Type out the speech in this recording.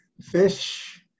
Fish